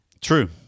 True